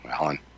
Alan